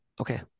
Okay